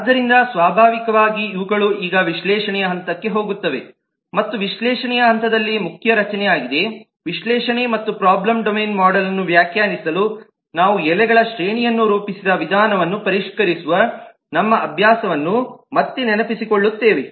ಆದ್ದರಿಂದ ಸ್ವಾಭಾವಿಕವಾಗಿ ಇವುಗಳು ಈಗ ವಿಶ್ಲೇಷಣೆಯ ಹಂತಕ್ಕೆ ಹೋಗುತ್ತವೆ ಮತ್ತು ವಿಶ್ಲೇಷಣೆಯ ಹಂತದಲ್ಲಿ ಮುಖ್ಯ ರಚನೆಯಾಗಿದೆ ವಿಶ್ಲೇಷಣೆ ಮತ್ತು ಪ್ರಾಬ್ಲಮ್ ಡೊಮೇನ್ ಮೋಡೆಲ್ನ್ನು ವ್ಯಾಖ್ಯಾನಿಸಲು ನಾವು ಎಲೆಗಳ ಶ್ರೇಣಿಯನ್ನು ರೂಪಿಸಿದ ವಿಧಾನವನ್ನು ಪರಿಷ್ಕರಿಸುವ ನಮ್ಮ ಅಭ್ಯಾಸವನ್ನು ಮತ್ತೆ ನೆನಪಿಸಿಕೊಳ್ಳುತ್ತೇವೆ